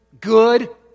good